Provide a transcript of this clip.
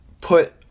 put